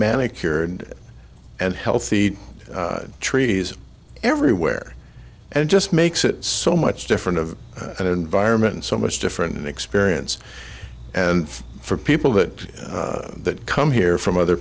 manicured and healthy trees everywhere and it just makes it so much different of an environment so much different in experience and for people that that come here from other